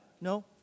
no